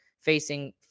facing